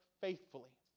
faithfully